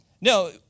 no